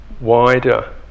wider